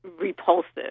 repulsive